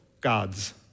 gods